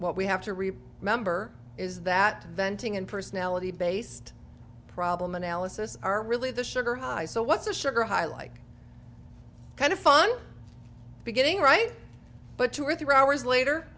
what we have to read remember is that venting and personality based problem analysis are really the sugar high so what's a sugar high like kind of fun beginning right but two or three hours later